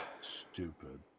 stupid